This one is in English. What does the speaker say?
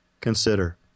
Consider